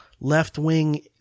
left-wing